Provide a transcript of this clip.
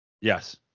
Yes